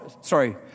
sorry